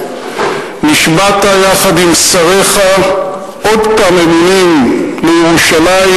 נשבעת יחד עם שריך עוד פעם אמונים לירושלים,